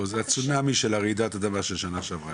זה הצונמי של רעידת האדמה של שנה שעברה.